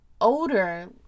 older